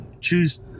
choose